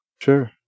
Sure